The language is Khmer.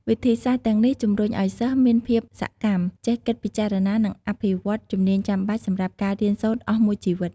វិធីសាស្ត្រទាំងនេះជំរុញឱ្យសិស្សមានភាពសកម្ម ចេះគិតពិចារណា និងអភិវឌ្ឍជំនាញចាំបាច់សម្រាប់ការរៀនសូត្រអស់មួយជីវិត។